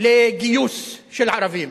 לגיוס של ערבים?